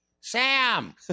Sam